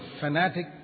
fanatic